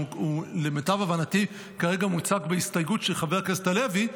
שהוא למיטב הבנתי כרגע מוצג בהסתייגות של חבר הכנסת הלוי,